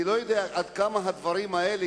אני לא יודע עד כמה הדברים האלה,